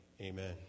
Amen